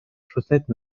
chaussette